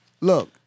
look